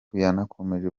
yanakomeje